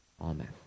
amen